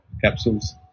capsules